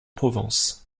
provence